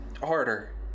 harder